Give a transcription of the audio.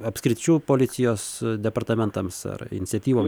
apskričių policijos departamentams ar iniciatyvom